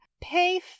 pay